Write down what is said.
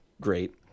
great